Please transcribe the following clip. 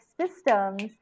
systems